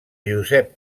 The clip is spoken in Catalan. josep